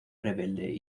rebelde